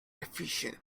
efficient